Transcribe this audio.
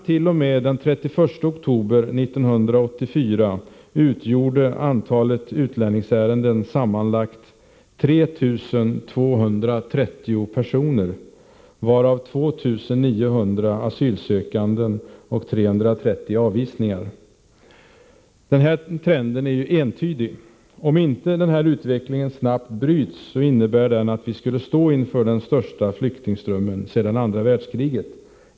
T. o. m. den 31 oktober 1984 utgjorde antalet utlänningsärenden sammanlagt 3 230, varav 2 900 gällde asylsökande och 330 avvisningar. Trenden är entydig. Om denna utveckling inte snabbt bryts, innebär den att vi står inför den största flyktingströmmen sedan andra världskriget.